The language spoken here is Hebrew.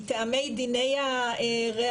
מטעמי דין הראיות,